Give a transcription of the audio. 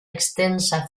extensa